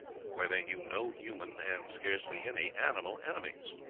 where they knew no human and scarcely any animal enemies?